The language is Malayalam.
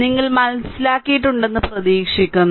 നിങ്ങൾ മനസിലാക്കിയിട്ടുണ്ടെന്ന് പ്രതീക്ഷിക്കുന്നു